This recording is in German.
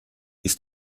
ist